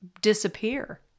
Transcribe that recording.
disappear